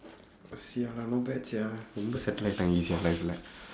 !wah! !siala! not bad sia ரொம்ப:rompa settle ஆயிட்டான்:aayitdaan lifulae easyaa